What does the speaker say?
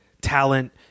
talent